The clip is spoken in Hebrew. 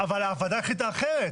אבל הוועדה החליטה אחרת.